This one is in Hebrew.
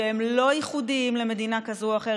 הם לא ייחודיים למדינה כזו או אחרת,